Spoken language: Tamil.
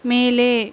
மேலே